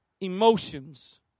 emotions